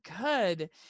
Good